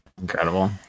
Incredible